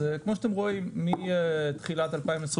כמו שאתם רואים, מתחילת 2022